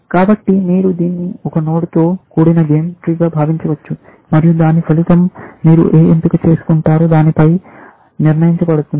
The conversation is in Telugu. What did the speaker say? కాబట్టి మీరు దీన్ని ఒకే నోడ్తో కూడిన గేమ్ ట్రీ గా భావించవచ్చు మరియు దాని ఫలితం మీరు ఏ ఎంపిక చేసుకుంటారో దాని పై నిర్ణయించబడుతుంది